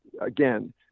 again